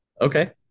Okay